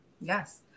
Yes